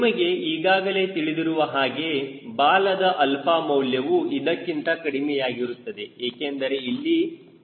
ನಿಮಗೆ ಈಗಾಗಲೇ ತಿಳಿದಿರುವ ಹಾಗೆ ಬಾಲದ ಮೌಲ್ಯವು ಇದಕ್ಕಿಂತ ಕಡಿಮೆಯಾಗಿರುತ್ತದೆ ಏಕೆಂದರೆ ಇಲ್ಲಿ ಡೌನ್ ವಾಶ್ ಇರುತ್ತದೆ